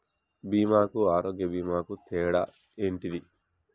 బీమా కు ఆరోగ్య బీమా కు తేడా ఏంటిది?